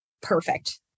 perfect